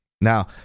Now